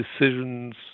decisions